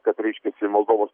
kad reiškiasi žmogaus